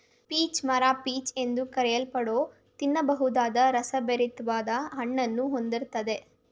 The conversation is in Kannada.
ಪೀಚ್ ಮರ ಪೀಚ್ ಎಂದು ಕರೆಯಲ್ಪಡೋ ತಿನ್ನಬಹುದಾದ ರಸಭರಿತ್ವಾದ ಹಣ್ಣನ್ನು ಹೊಂದಿರ್ತದೆ